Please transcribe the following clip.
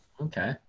okay